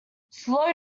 slow